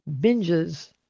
binges